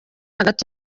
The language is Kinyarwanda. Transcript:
hagati